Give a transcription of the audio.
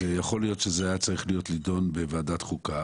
יכול להיות שזה היה צריך להידון בוועדת חוקה,